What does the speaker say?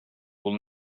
will